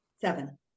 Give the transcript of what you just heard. Seven